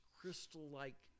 crystal-like